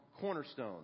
Cornerstone